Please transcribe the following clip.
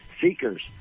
seekers